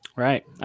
Right